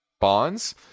bonds